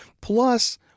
Plus